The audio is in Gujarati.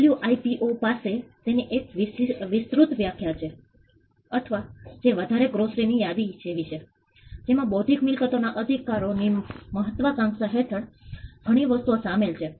ડબલ્યુઆઇપીઓ પાસે તેની એક વિસ્તૃત વ્યાખ્યા છે અથવા જે વધારે ગ્રોસરી ની યાદી જેવી છે જેમાં બૌદ્ધિક મિલકતોના અધિકારો ની મહત્વાકાંક્ષા હેઠળ ઘણી વસ્તુઓ શામેલ છે